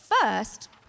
first